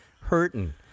hurting